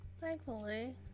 Thankfully